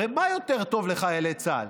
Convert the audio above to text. הרי מה יותר טוב לחיילי צה"ל,